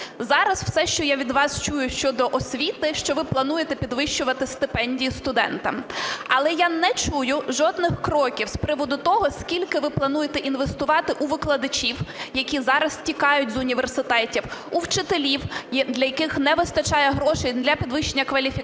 Зараз все, що я від вас чую щодо освіти, що ви плануєте підвищувати стипендії студентам. Але я не чую жодних кроків з приводу того, скільки ви плануєте інвестувати у викладачів, які зараз тікають з університетів, у вчителів, для яких не вистачає грошей для підвищення кваліфікації,